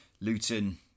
Luton